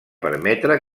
permetre